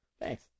Thanks